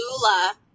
Lula